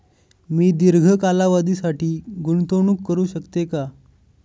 मी दीर्घ कालावधीसाठी गुंतवणूक करू शकते का?